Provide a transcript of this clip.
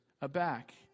aback